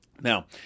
Now